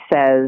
says